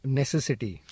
necessity